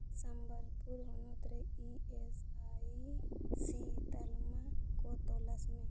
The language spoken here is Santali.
ᱥᱚᱢᱵᱚᱞᱯᱩᱨ ᱦᱚᱱᱚᱛ ᱨᱮ ᱤ ᱮᱥ ᱟᱭ ᱥᱤ ᱛᱟᱞᱢᱟ ᱠᱚ ᱛᱚᱞᱟᱥ ᱢᱮ